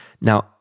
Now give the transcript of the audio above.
Now